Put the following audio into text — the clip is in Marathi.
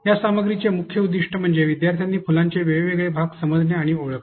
या सामग्रीचे मुख्य उद्दीष्ट म्हणजे विद्यार्थ्यांनी फुलांचे वेगवेगळे भाग समजणे आणि ओळखणे